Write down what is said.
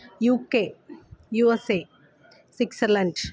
UK USA Switzerland